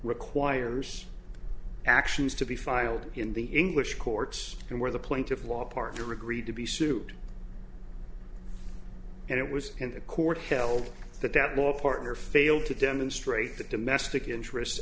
requires actions to be filed in the english courts and where the point of law part are agreed to be sued and it was in the court held that that law partner failed to demonstrate that domestic interests